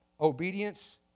Obedience